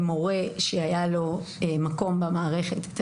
אותן שעות למורה שהיה לו מקום במערכת.